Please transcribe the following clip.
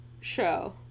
show